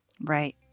Right